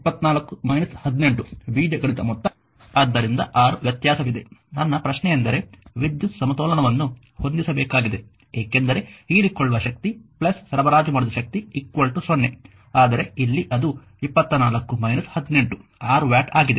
ಆದ್ದರಿಂದ 6 ವ್ಯತ್ಯಾಸವಿದೆ ನನ್ನ ಪ್ರಶ್ನೆಯೆಂದರೆ ವಿದ್ಯುತ್ ಸಮತೋಲನವನ್ನು ಹೊಂದಿಸಬೇಕಾಗಿದೆ ಏಕೆಂದರೆ ಹೀರಿಕೊಳ್ಳುವ ಶಕ್ತಿ ಸರಬರಾಜು ಮಾಡಿದ ಶಕ್ತಿ 0 ಆದರೆ ಇಲ್ಲಿ ಅದು 24 18 6 ವ್ಯಾಟ್ ಆಗಿದೆ